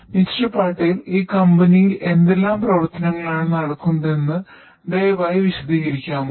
mister Patel എന്തെല്ലാം പ്രവർത്തനങ്ങളാണ് നടക്കുന്നതെന്ന് ദയവായി വിശദീകരിക്കാമോ